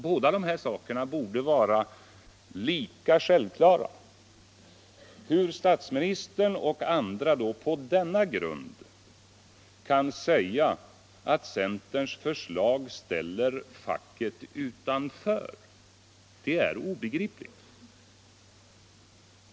Båda dessa rättigheter borde vara lika självklara. Hur statsministern och andra på denna grund kan säga att centerns förslag ställer facket utanför är obegripligt.